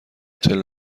هتل